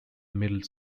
middle